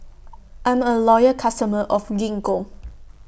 I'm A Loyal customer of Gingko